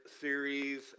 series